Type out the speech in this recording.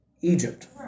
Egypt